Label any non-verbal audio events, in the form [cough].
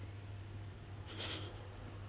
[laughs]